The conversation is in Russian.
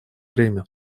время